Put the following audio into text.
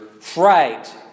Fright